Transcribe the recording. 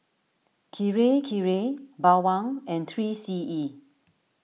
Kirei Kirei Bawang and three C E